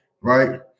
Right